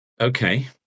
Okay